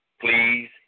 please